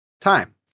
time